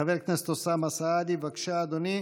חבר הכנסת אוסאמה סעדי, בבקשה, אדוני,